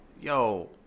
yo